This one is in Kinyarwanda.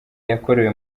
yakorewe